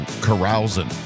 carousing